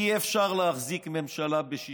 אי-אפשר להחזיק ממשלה ב-60.